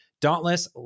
Dauntless